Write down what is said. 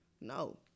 No